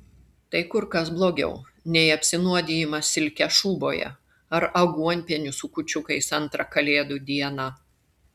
tai kur kas blogiau nei apsinuodijimas silke šūboje ar aguonpieniu su kūčiukais antrą kalėdų dieną